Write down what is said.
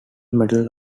metal